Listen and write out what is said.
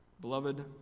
beloved